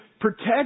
protect